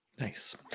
Nice